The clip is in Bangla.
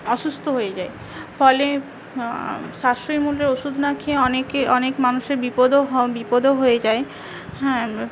অসুস্থ হয়ে যায় ফলে সাশ্রয় মূল্যের ওষুধ না খেয়ে অনেকে অনেক মানুষের বিপদও বিপদও হয়ে যায় হ্যাঁ